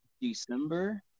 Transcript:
December